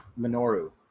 Minoru